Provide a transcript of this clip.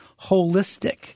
holistic